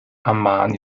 amman